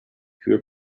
fewer